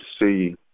see